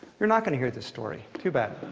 you're not going to hear this story. too bad.